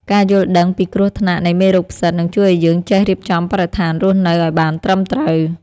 ការយល់ដឹងពីគ្រោះថ្នាក់នៃមេរោគផ្សិតនឹងជួយឱ្យយើងចេះរៀបចំបរិស្ថានរស់នៅឱ្យបានត្រឹមត្រូវ។